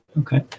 Okay